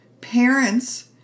parents